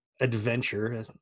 adventure